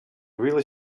really